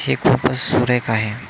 ही खूपच सुरेख आहे